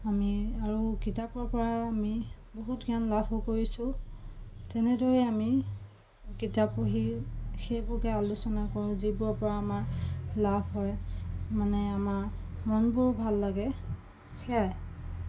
আমি আৰু কিতাপৰ পৰা আমি বহুত জ্ঞান লাভো কৰিছোঁ তেনেদৰেই আমি কিতাপ পঢ়ি সেইবোৰকে আলোচনা কৰোঁ যিবোৰৰ পৰা আমাৰ লাভ হয় মানে আমাৰ মনবোৰো ভাল লাগে সেয়াই